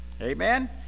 Amen